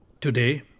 Today